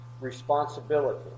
responsibility